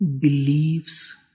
believes